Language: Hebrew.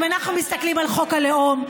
אם אנחנו מסתכלים על חוק הלאום,